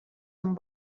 amb